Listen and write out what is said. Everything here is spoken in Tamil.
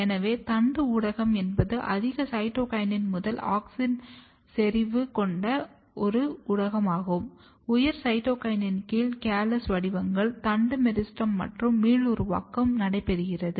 எனவே தண்டு ஊடகம் என்பது அதிக சைட்டோகினின் முதல் ஆக்ஸின் செறிவு கொண்ட ஒரு ஊடகமாகும் உயர் சைட்டோகினினின் கீழ் கேல்ஸ் வடிவங்கள் தண்டு மெரிஸ்டெம் மற்றும் மீளுருவாக்கம் நடைபெறுகிறது